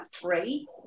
three